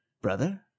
Brother